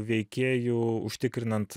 veikėju užtikrinant